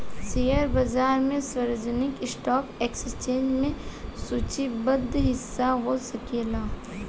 share बाजार में सार्वजनिक स्टॉक एक्सचेंज में सूचीबद्ध हिस्सा हो सकेला